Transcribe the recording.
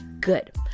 Good